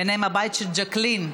ובהם הבת של ז'קלין,